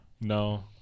no